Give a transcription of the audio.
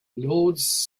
lords